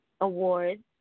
awards